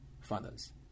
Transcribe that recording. Fathers